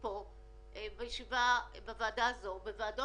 בדרך לחלוקת סלי מזון בכרמיאל ובבוקעתה, בפרויקט